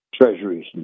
treasuries